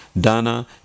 Dana